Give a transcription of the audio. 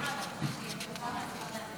בצלאל כתומך.